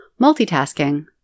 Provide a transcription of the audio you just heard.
Multitasking